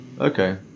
Okay